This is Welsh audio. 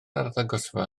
arddangosfa